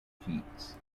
keats